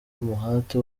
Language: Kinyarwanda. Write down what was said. umuhate